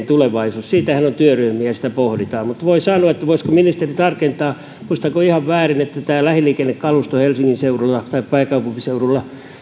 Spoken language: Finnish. tulevaisuus siitähän on työryhmiä ja sitä pohditaan mutta voisiko ministeri tarkentaa muistanko ihan väärin että lähiliikennekalustosta on pääkaupunkiseudulla